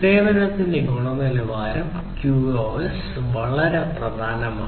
സേവനത്തിന്റെ ഗുണനിലവാരം വളരെ പ്രധാനമാണ്